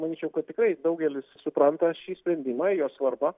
manyčiau kad tikrai daugelis supranta šį sprendimą jo svarbą